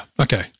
okay